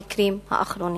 המקרים האחרונים.